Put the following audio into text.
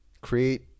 create